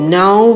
now